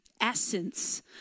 essence